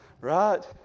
right